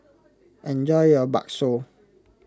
enjoy your Bakso